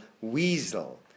Weasel